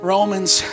Romans